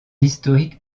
historique